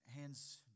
hands